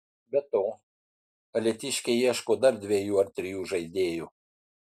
be to alytiškiai ieško dar dviejų ar trijų žaidėjų